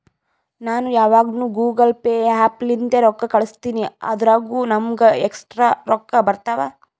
ನಾ ಯಾವಗ್ನು Google Pay app ಲಿಂತೇ ರೊಕ್ಕಾ ಕಳುಸ್ತಿನಿ ಅದುರಾಗ್ ನಮ್ಮೂಗ ಎಕ್ಸ್ಟ್ರಾ ರೊಕ್ಕಾ ಬರ್ತಾವ್